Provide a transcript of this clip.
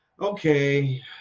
Okay